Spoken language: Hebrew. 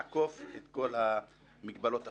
לעקוף את כל המגבלות החוקיות.